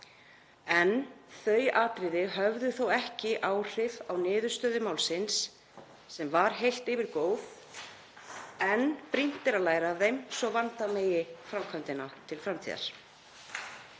Þau atriði höfðu þó ekki áhrif á niðurstöðu málsins sem var heilt yfir góð en brýnt er að læra af þeim svo vanda megi framkvæmdina til framtíðar.